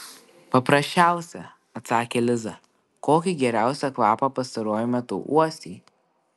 paprasčiausią atsakė liza kokį geriausią kvapą pastaruoju metu uostei